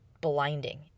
blinding